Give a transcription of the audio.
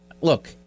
look